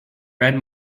read